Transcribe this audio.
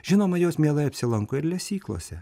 žinoma jos mielai apsilanko ir lesyklose